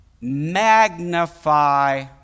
magnify